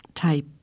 Type